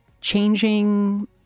changing